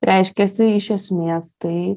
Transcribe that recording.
reiškiasi iš esmės tai